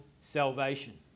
salvation